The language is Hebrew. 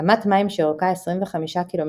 ביניהם "גבעת הפרה" הטבעית ו"עין נוקד" ו"עין כיף"